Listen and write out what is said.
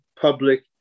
public